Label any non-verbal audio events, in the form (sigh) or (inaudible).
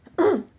(coughs)